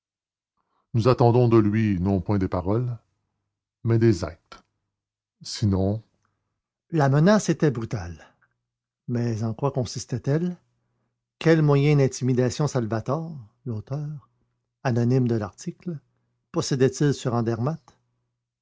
nous attendons de lui non point des paroles mais des actes sinon la menace était brutale mais en quoi consistait elle quel moyen d'intimidation salvator l'auteur anonyme de l'article possédait-il sur m andermatt